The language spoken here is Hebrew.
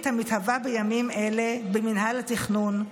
המתהווה בימים אלה במינהל התכנון,